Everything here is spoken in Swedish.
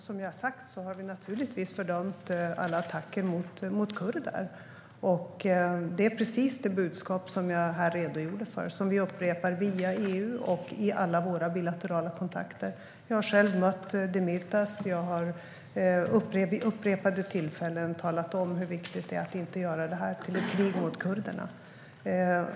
Herr talman! Som jag har sagt har vi naturligtvis fördömt alla attacker mot kurder. Det är precis det budskap som jag här redogjorde för och som vi upprepar via EU och i alla våra bilaterala kontakter. Jag har själv mött Demirtas, och jag har vid upprepade tillfällen talat om hur viktigt det är att inte göra detta till ett krig mot kurderna.